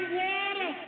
water